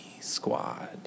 squad